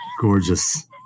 Gorgeous